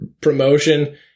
promotion